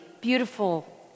beautiful